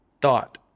thought